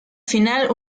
final